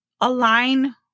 align